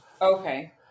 Okay